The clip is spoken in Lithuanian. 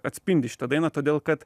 atspindi šitą dainą todėl kad